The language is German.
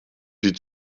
die